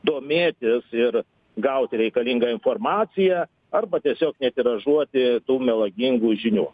domėtis ir gauti reikalingą informaciją arba tiesiog netiražuoti tų melagingų žinių